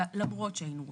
למרות שהיינו רוצים.